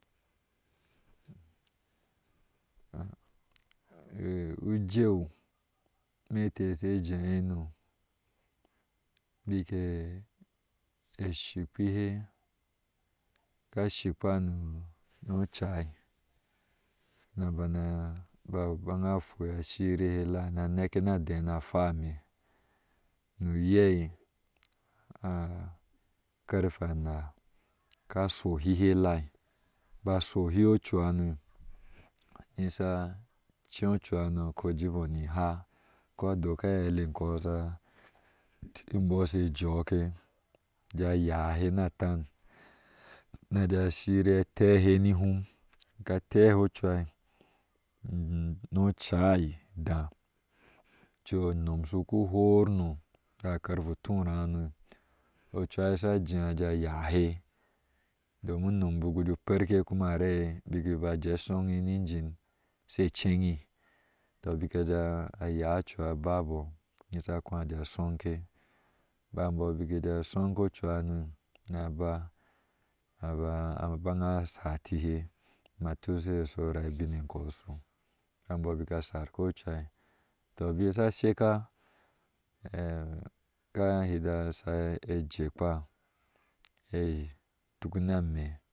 ujer meh tea she jeno nike a shikpehe kashipa no no a ccci nanana ba. A baan fua a shirihe eie na neke na da na fa ameh na yes karfe anaa ka soihhe ala bi sohihe cohano nisa ace cuhane a ko a jebɔɔ tha a ke dɔk aeile k kɔɔ sha imbɔɔ she jkee da yahe a taŋ na jee shira a tehe ni hum bik a rehe cuha, nɔ cai idaa ocu o nam shiko horno na karfe turaa hano, akura iye sla yeye a jea yahe domin unom bne ude parke kuma arai biki a ba ie shuŋɛ ni inbiin sii ceyin tɔ bna a jea ya cuha babɔɔ nisha a koɔ. A jee tosunke bai imbɔɔ biu a jee a shonkee cuhanu na aba ab abaan satihe na tushihe sara bin enkɔɔ shoba imbɔobik a shake cuka tɔ bnɔ sha sheike ka hita a jekpa ha tuk na ameh